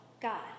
God